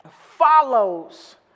follows